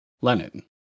Lenin